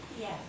Yes